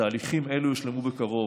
ותהליכים אלו יושלמו בקרוב.